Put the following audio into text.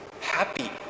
happy